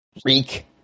Freak